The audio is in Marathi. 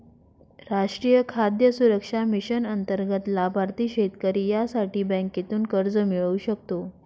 राष्ट्रीय खाद्य सुरक्षा मिशन अंतर्गत लाभार्थी शेतकरी यासाठी बँकेतून कर्ज मिळवू शकता